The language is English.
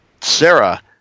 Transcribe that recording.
Sarah